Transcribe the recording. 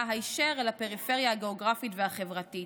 היישר אל הפריפריה הגיאוגרפית והחברתית,